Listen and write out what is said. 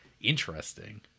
interesting